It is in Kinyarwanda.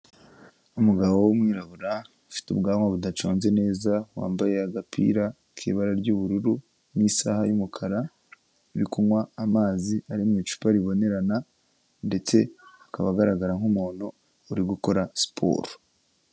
Umugabo w'umwirabura ufite ubwanwa budacoze neza, wambaye agapira k'ibara ry'ubururu n'isaha y'umukara, uri kunywa amazi ari mu icupa ribonerana ndetse akaba agaragara nk'umuntu uri gukora siporo.